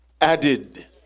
added